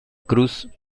cruz